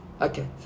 Okay